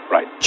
Right